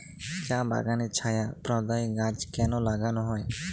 চা বাগানে ছায়া প্রদায়ী গাছ কেন লাগানো হয়?